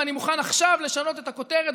ואני מוכן עכשיו לשנות את הכותרת.